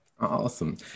Awesome